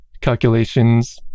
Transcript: calculations